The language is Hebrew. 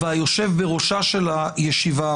והיושב בראשה של הישיבה,